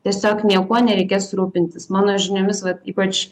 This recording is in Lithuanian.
tiesiog niekuo nereikės rūpintis mano žiniomis vat ypač